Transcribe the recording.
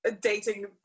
dating